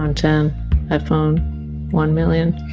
um ten iphone one million